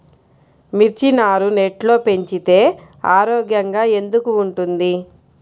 మిర్చి నారు నెట్లో పెంచితే ఆరోగ్యంగా ఎందుకు ఉంటుంది?